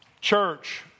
church